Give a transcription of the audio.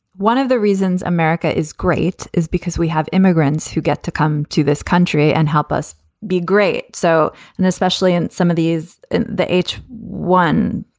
one of the reasons america is great is because we have immigrants who get to come to this country and help us be great. so and especially in some of these, and each one,